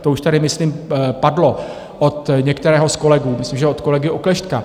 To už tady myslím padlo od některého z kolegů, myslím, že od kolegy Oklešťka.